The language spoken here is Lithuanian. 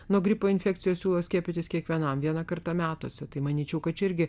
nuo gripo infekcijos siūlo skiepytis kiekvienam vieną kartą metuose tai manyčiau kad irgi